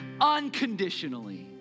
unconditionally